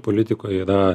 politikoj yra